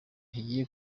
kigiye